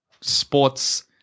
sports